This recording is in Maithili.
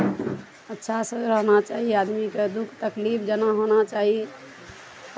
अच्छासऽ रहना चाही आदमीके दुख तकलीफ जेना होना चाही